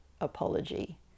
apology